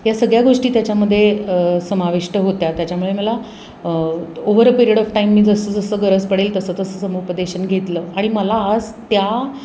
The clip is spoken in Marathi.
ह्या सगळ्या गोष्टी त्याच्यामध्ये समाविष्ट होत्या त्याच्यामुळे मला over a period of time मी जसंजसं गरज पडेल तसं तसं समुपदेशन घेतलं आणि मला आज त्या